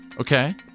okay